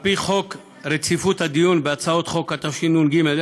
נא להוסיף לפרוטוקול את חברת הכנסת מיכל רוזין.